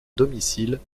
domicile